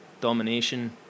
domination